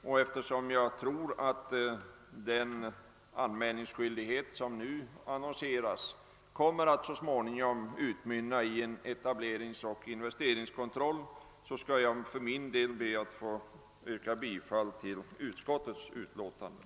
Och eftersom jag tror att den anmälningsskyldighet som nu annonseras så småningom kommer att utmynna i en etableringsoch investeringskontroll ber jag att få yrka bifall till utskottets hemställan.